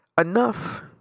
enough